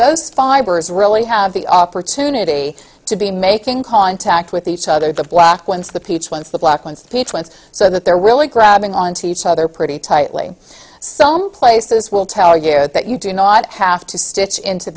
those fires really have the opportunity to be making contact with each other the black ones the peach ones the black ones peach once so that they're really grabbing onto each other pretty tightly some places will tell you that you do not have to stitch into